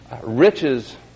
riches